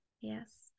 Yes